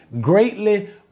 greatly